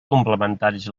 complementaris